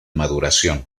maduración